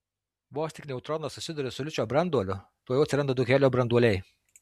vos tik neutronas susiduria su ličio branduoliu tuojau atsiranda du helio branduoliai